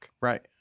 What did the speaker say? Right